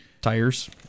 Tires